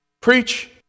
preach